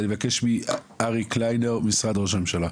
אני מבקש מאריק קלינר, משרד ראש הממשלה.